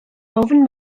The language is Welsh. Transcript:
ofn